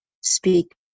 Speak